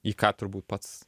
į ką turbūt pats